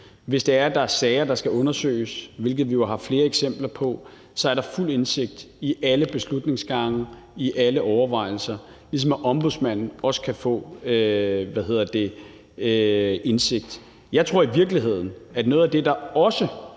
Hvis der er sager, der skal undersøges, hvilket vi jo har flere eksempler på, er der fuld indsigt i alle beslutningsgange, i alle overvejelser, ligesom Ombudsmanden også kan få indsigt. Forestil dig, at Dansk Folkeparti